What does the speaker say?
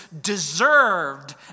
deserved